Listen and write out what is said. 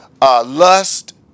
lust